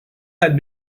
had